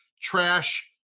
trash